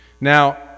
Now